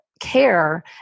care